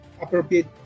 appropriate